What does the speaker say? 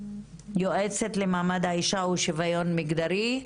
יועצת למעמד האישה ושוויון מגדרי,